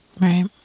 Right